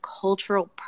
cultural